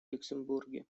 люксембурге